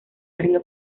río